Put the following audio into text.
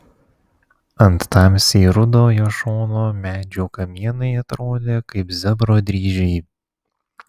ant tamsiai rudo jo šono medžių kamienai atrodė kaip zebro dryžiai